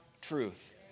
truth